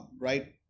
right